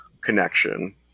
connection